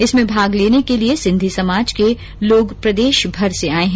इसमें भाग लेने के लिए सिंधी समाज के लोग प्रदेशभर से आए हैं